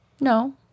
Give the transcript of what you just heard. No